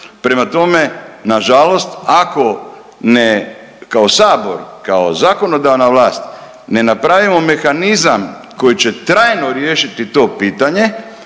prema tome, nažalost ako ne kao Sabor, kao zakonodavna vlast ne napravimo mehanizam koji će trajno riješiti to pitanje,